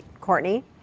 Courtney